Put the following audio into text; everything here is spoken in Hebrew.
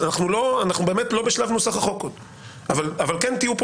אנחנו עוד לא בשלב נוסח החוק אבל כן תהיו